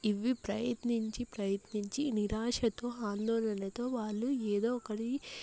ఇవి ప్రయత్నించి ప్రయత్నించి నిరాశతో ఆందోళనతో ఏదో ఒకలి